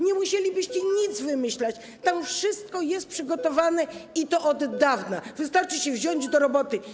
Nie musielibyście nic wymyślać, tam wszystko jest przygotowane, i to od dawna, wystarczy się wziąć do roboty.